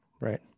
right